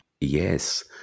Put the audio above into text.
Yes